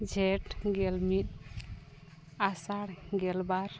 ᱡᱷᱮᱸᱴ ᱜᱮᱞ ᱢᱤᱫ ᱟᱥᱟᱲ ᱜᱮᱞ ᱵᱟᱨ